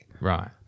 Right